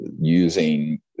using